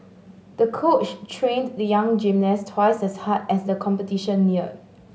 the coach trained the young gymnast twice as hard as the competition neared